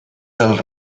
del